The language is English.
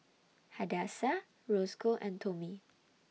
Hadassah Roscoe and Tomie